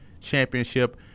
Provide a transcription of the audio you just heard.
championship